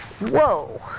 Whoa